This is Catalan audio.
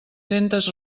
centes